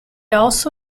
also